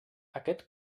aquest